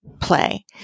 play